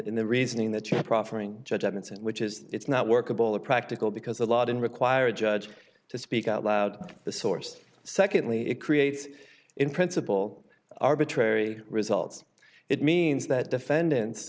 in the reasoning that your proffering judgments which is it's not workable or practical because a lot and require a judge to speak out loud the source secondly it creates in principle arbitrary results it means that defendant